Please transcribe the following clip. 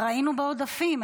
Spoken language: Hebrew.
ראינו בעודפים.